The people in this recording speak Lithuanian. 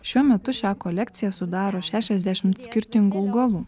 šiuo metu šią kolekciją sudaro šešiasdešimt skirtingų augalų